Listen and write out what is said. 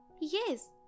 Yes